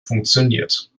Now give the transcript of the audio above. funktioniert